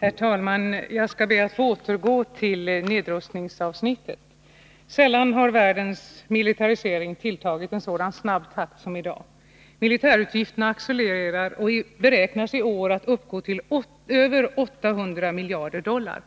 Herr talman! Jag skall be att få återgå till nedrustningsavsnittet. Sällan har världens militarisering tilltagit i så snabb takt som i dag. Militärutgifterna accelererar, och beräknas i år uppgå till över 800 miljarder dollar.